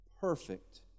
perfect